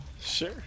Sure